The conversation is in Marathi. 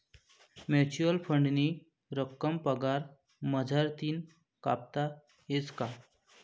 म्युच्युअल फंडनी रक्कम पगार मझारतीन कापता येस का?